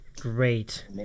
great